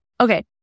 okay